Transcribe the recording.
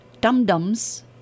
dum-dums